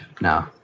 no